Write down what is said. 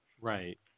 Right